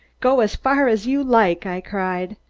go as far as you like, i cried.